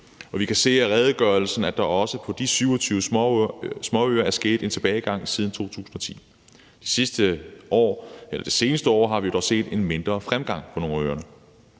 vi kan se af redegørelsen, at der også på de 27 småøer er sket en tilbagegang siden 2010. Det seneste år har vi dog set en mindre fremgang på nogle af øerne.